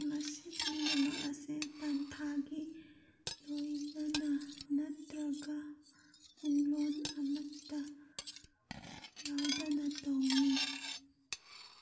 ꯃꯁꯤ ꯄꯨꯝꯅꯃꯛ ꯑꯁꯤ ꯇꯟꯊꯥꯒꯤ ꯂꯣꯏꯅꯅ ꯅꯠꯇ꯭ꯔꯒ ꯄꯨꯡꯂꯣꯟ ꯑꯃꯠꯇ ꯌꯥꯎꯗꯅ ꯌꯧꯏ